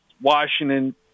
Washington